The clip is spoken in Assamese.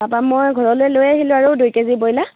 তাপা মই ঘৰলৈ লৈ আহিলোঁ আৰু দুই কেজি ব্ৰইলাৰ